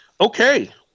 Okay